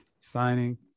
signing